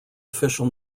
official